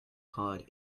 pod